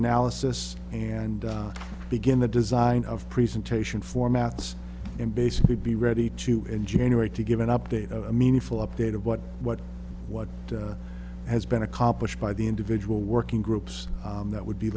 analysis and begin the design of presentation formats and basically be ready to in january to give an update of a meaningful update of what what what has been accomplished by the individual working groups that would be